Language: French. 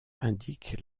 indiquent